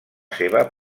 seva